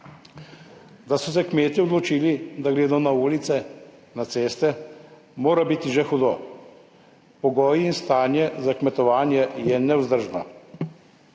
Da so se kmetje odločili, da gredo na ulice, na ceste mora biti že hudo. Pogoji in stanje za kmetovanje je nevzdržno.